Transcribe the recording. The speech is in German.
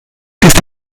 ist